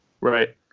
Right